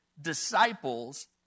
disciples